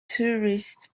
tourists